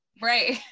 Right